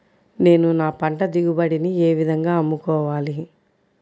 నేను నా పంట దిగుబడిని ఏ విధంగా అమ్ముకోవాలి?